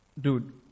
dude